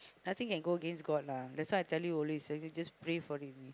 nothing can go against God lah that's why I tell you always I tell you just pray for it only